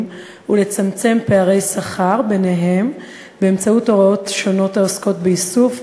ולצמצם פערי שכר ביניהם באמצעות הוראות שונות העוסקות באיסוף,